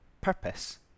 purpose